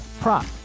prop